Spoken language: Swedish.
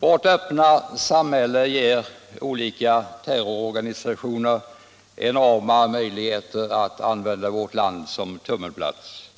Vårt öppna samhälle ger olika terrororganisationer enorma möjligheter att använda vårt land som tummelplats.